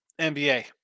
NBA